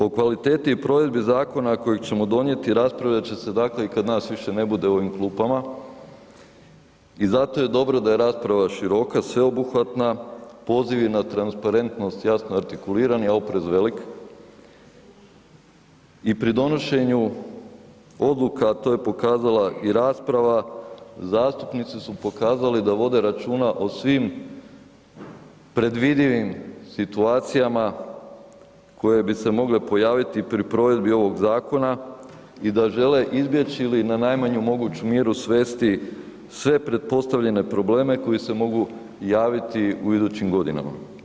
O kvaliteti i provedbi zakona kojeg ćemo donijeti raspravljat će se dakle i kad nas više ne bude u ovim klupama i zato je dobro da je rasprava široka, sveobuhvatna, pozivi na transparentnost jasno artikulirani, a oprez velik i pri donošenju odluka, a to je pokazala i rasprava, zastupnici su pokazali da vode računa o svim predvidivim situacijama koje bi se mogle pojaviti pri provedbi ovog zakona i da žele izbjeći ili na najmanju moguću mjeru svesti sve pretpostavljene probleme koji se mogu javiti u idućim godinama.